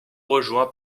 rejoints